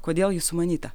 kodėl ji sumanyta